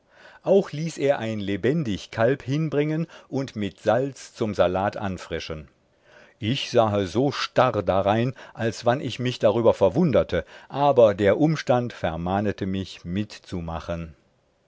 auch ließ er ein lebendig kalb hinbringen und mit salz zum salat anfrischen ich sahe so starr darein als wann ich mich darüber verwunderte aber der umstand vermahnete mich mitzumachen